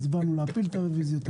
הצבענו להפיל את הרביזיות...